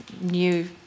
new